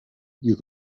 you